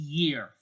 year